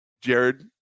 Jared